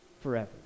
forever